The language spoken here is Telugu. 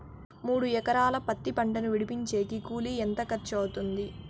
మూడు ఎకరాలు పత్తి పంటను విడిపించేకి కూలి ఎంత ఖర్చు అవుతుంది?